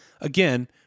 Again